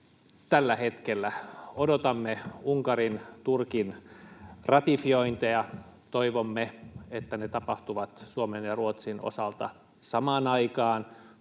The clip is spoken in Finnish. tällä hetkellä? Odotamme Unkarin ja Turkin ratifiointeja. Toivomme, että ne tapahtuvat Suomen ja Ruotsin osalta samaan aikaan,